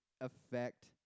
affect